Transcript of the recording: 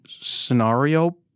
scenario